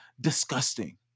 disgusting